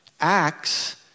Acts